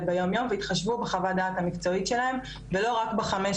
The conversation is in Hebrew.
ביומיום ויתחשבו בחוות דעת המקצועית שלהם ולא רק בחמש,